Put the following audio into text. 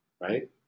right